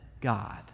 God